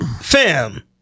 fam